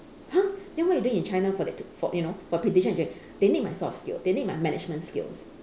!huh! then what are you doing in China for that for you know for actually they need my soft skill they need my management skills